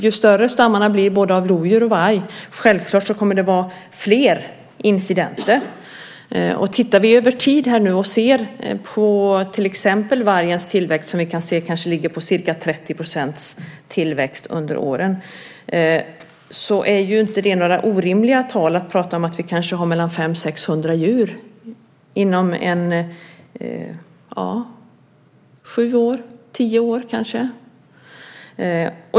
Ju större stammarna blir, både av lodjur och av varg, desto fler incidenter kommer det självklart att bli. Tittar vi över tid och ser på till exempel vargens tillväxt, som vi kan se kanske ligger på ca 30 % under åren, är det ju inte några orimliga tal att prata om att vi kanske har mellan 500 och 600 djur inom sju-tio år.